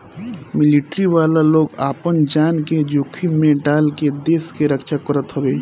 military वाला लोग आपन जान के जोखिम में डाल के देस के रक्षा करत हवे